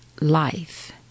life